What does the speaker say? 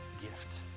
gift